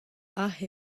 aze